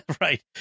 right